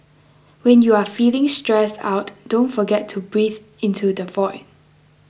when you are feeling stressed out don't forget to breathe into the void